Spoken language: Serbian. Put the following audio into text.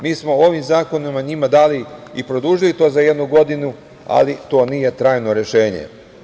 Mi smo ovim zakonima njima dali i produžili to za jednu godinu, ali to nije trajno rešenje.